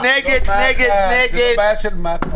זה לא בעיה של מח"ש.